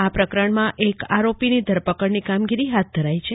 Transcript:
આ પ્રકરણમાં એક આરોપીની ધરપકડની કામગીરી હાથ ધરાઈ છે